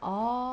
orh